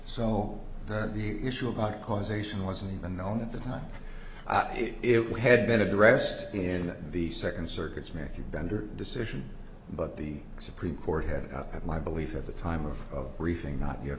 so that the issue about causation wasn't even known at the time i did it we had been addressed in the second circuit's matthew bender decision but the supreme court had of my belief at the time of briefing not yet